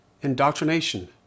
indoctrination